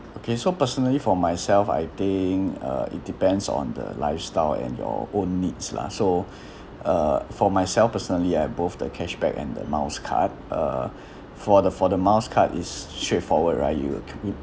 okay so personally for myself I think uh it depends on the lifestyle and your own needs lah so uh for myself personally I've both the cashback and the miles card uh for the for the miles card is straightforward right you